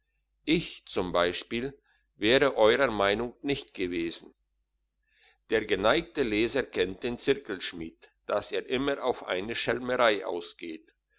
ich z b wäre euerer meinung nicht gewesen der geneigte leser kennt den zirkelschmied dass er immer auf eine schelmerei ausgeht